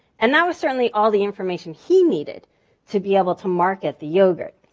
and that was certainly all the information he needed to be able to market the yogurt.